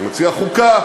הוא מציע חוקה,